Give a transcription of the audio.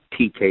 TK